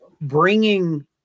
bringing